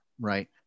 right